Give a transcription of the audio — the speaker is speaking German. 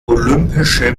olympische